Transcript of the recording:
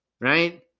Right